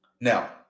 Now